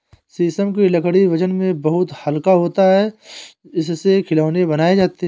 शीशम की लकड़ी वजन में बहुत हल्का होता है इससे खिलौने बनाये जाते है